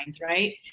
Right